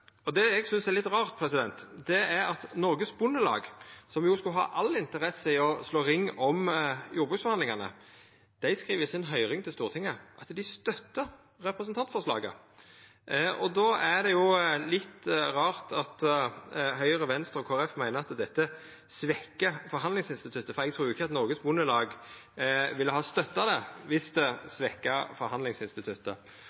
og det eg synest er litt rart, er at Norges Bondelag, som jo skulle ha all interesse av å slå ring om jordbruksforhandlingane, skriv i sin høyringsuttale til Stortinget at dei støttar representantforslaget. Då er det litt rart at Høgre, Venstre og Kristeleg Folkeparti meiner at dette svekkjer forhandlingsinstituttet, for eg trur ikkje at Norges Bondelag ville ha støtta det viss det